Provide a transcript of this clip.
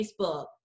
facebook